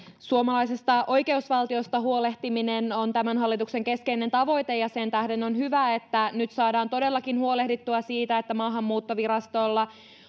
suomalaisesta oikeusvaltiosta huolehtiminen on tämän hallituksen keskeinen tavoite ja sen tähden on hyvä että nyt saadaan todellakin huolehdittua siitä että maahanmuuttovirastolla